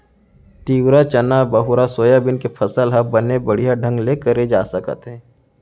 तिंवरा, चना, बहुरा, सोयाबीन के फसल ह बने बड़िहा ढंग ले करे जा सकत हे